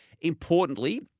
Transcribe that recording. importantly